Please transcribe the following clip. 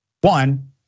one